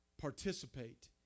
participate